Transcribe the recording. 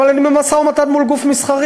אבל אני במשא-ומתן מול גוף מסחרי.